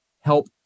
help